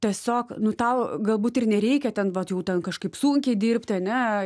tiesiog nu tau galbūt ir nereikia ten vat jau ten kažkaip sunkiai dirbti ane